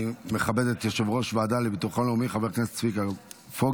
אני מכבד את יושב-ראש הוועדה לביטחון לאומי חבר הכנסת צביקה פוגל,